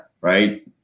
right